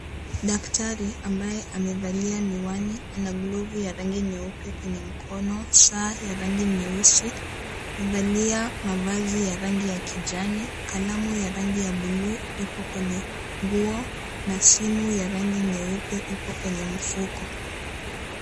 Daktari ambaye amevalia miwani na glovu ya rangi nyeupe kwenye mkono, saa ya rangi nyeusi. Amevalia mavazi ya rangi ya kijani, kalamu ya rangi ya buluu ipo kwenye nguo na simu ya rangi nyeupe ipo kwenye mfuko.